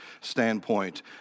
standpoint